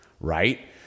right